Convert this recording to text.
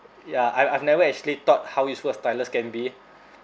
ya I've I've never actually thought how useful a stylus can be